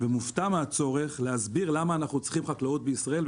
ומופתע מהצורך להסביר למה אנחנו צריכים חקלאות בישראל,